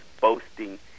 boasting